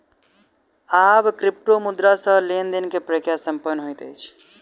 आब क्रिप्टोमुद्रा सॅ लेन देन के प्रक्रिया संपन्न होइत अछि